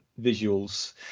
visuals